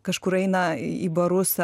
kažkur eina į barus